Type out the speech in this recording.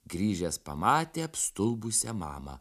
grįžęs pamatė apstulbusią mamą